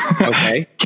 Okay